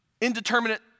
indeterminate